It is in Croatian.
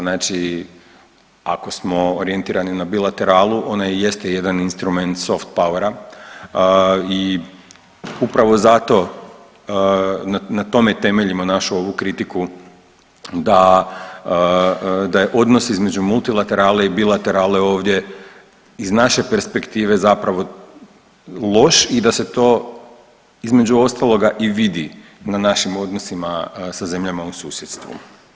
Znači ako smo orijentirani na bilateralu ona i jeste jedan instrument soft powera i upravo zato na tome temeljimo našu ovu kritiku da, da je odnos između multilaterale i bilaterale ovdje iz naše perspektive zapravo loš i da se to između ostaloga i vidi na našim odnosima sa zemljama u susjedstvu.